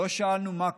לא שאלנו מה קרה.